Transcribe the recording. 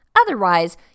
Otherwise